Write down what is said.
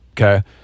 okay